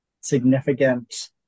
significant